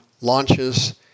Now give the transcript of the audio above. launches